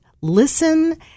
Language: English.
listen